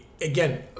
Again